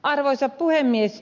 arvoisa puhemies